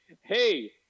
Hey